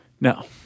No